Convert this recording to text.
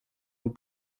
nous